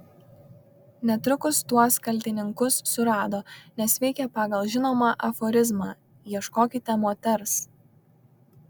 netrukus tuos kaltininkus surado nes veikė pagal žinomą aforizmą ieškokite moters